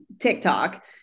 TikTok